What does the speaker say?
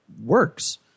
works